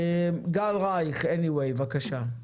גל רייך, Anyway, בבקשה.